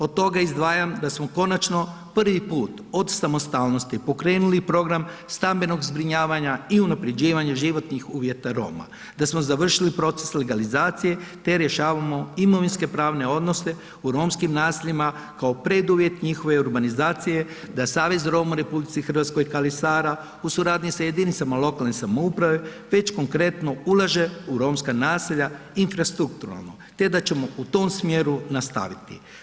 Od toga izdvajam da smo konačno prvi put od samostalnosti pokrenuli program stambenog zbrinjavanja i unapređivanja životnih uvjeta Roma, da smo završili proces legalizacije te rješavamo imovinske pravne odnose u romskim naseljima kao preduvjet njihove urbanizacije da Savez Roma u RH KALI SARA u suradnji sa jedinicama lokalne samouprave već konkretno ulaže u romska naselja infrastrukturno te da ćemo u tom smjeru nastaviti.